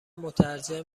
مترجم